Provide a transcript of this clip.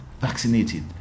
vaccinated